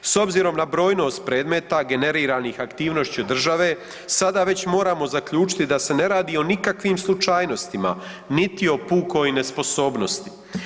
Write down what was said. S obzirom na brojnost predmeta generiranih aktivnošću države sada već moramo zaključiti da se ne radi o nikakvim slučajnostima niti o pukoj nesposobnosti.